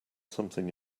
something